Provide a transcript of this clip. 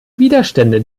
widerstände